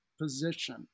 position